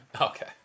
Okay